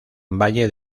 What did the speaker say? valle